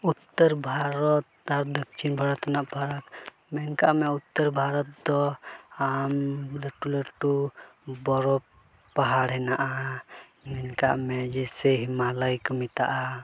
ᱩᱛᱛᱚᱨ ᱵᱷᱟᱨᱚᱛ ᱟᱨ ᱫᱚᱠᱠᱷᱤᱱ ᱵᱷᱟᱨᱚᱛ ᱨᱮᱱᱟᱜ ᱯᱷᱟᱨᱟᱠ ᱢᱮᱱ ᱠᱟᱜ ᱢᱮ ᱩᱛᱛᱛᱚᱨ ᱵᱷᱟᱨᱚᱛ ᱫᱚ ᱟᱢ ᱞᱟᱹᱴᱩ ᱞᱟᱹᱴᱩ ᱵᱚᱨᱚᱯᱷ ᱯᱟᱦᱟᱲ ᱦᱮᱱᱟᱜᱼᱟ ᱢᱮᱱ ᱠᱟᱜ ᱢᱮ ᱡᱮᱭᱥᱮ ᱦᱤᱢᱟᱞᱚᱭ ᱠᱚ ᱢᱮᱛᱟᱫᱼᱟ